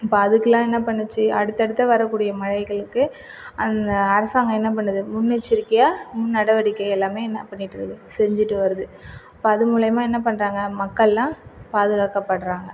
இப்போ அதுக்குலாம் என்ன பண்ணுச்சு அடுத்தடுத்த வரக்கூடிய மழைகளுக்கு அந்த அரசாங்கம் என்ன பண்ணுது முன்னெச்சரிக்கையாக முன் நடவடிக்கை எல்லாமே என்ன பண்ணிட்டு இருக்கு செஞ்சிட்டு வருது அப்போ அது மூலியம்மா என்ன பண்ணுறாங்க மக்கள்லாம் பாதுகாக்கப்படுறாங்க